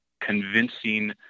convincing